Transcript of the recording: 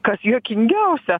kas juokingiausia